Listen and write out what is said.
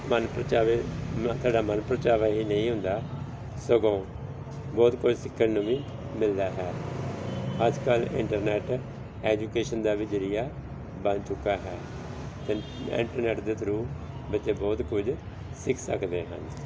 ਮਨਪ੍ਰਚਾਵੇ ਤੁਹਾਡਾ ਮਨ ਪਰਚਾਵਾ ਹੀ ਨਹੀਂ ਹੁੰਦਾ ਸਗੋਂ ਬਹੁਤ ਕੁਝ ਸਿੱਖਣ ਨੂੰ ਵੀ ਮਿਲਦਾ ਹੈ ਅੱਜ ਕੱਲ੍ਹ ਇੰਟਰਨੈਟ ਐਜੂਕੇਸ਼ਨ ਦਾ ਵੀ ਜ਼ਰੀਆ ਬਣ ਚੁੱਕਾ ਹੈ ਇ ਇੰਟਰਨੈਟ ਦੇ ਥਰੂ ਬੱਚੇ ਬਹੁਤ ਕੁਝ ਸਿੱਖ ਸਕਦੇ ਹਨ